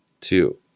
Two